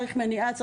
צריך מניעה,